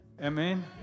Amen